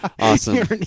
Awesome